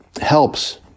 helps